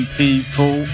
people